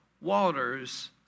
waters